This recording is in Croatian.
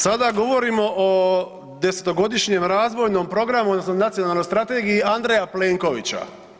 Sada govorimo o desetogodišnjem razvojnom programu, odnosno nacionalnoj strategiji Andreja Plenkovića.